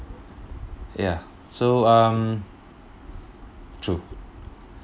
ya so um true